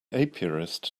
apiarist